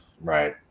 Right